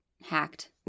hacked